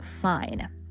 fine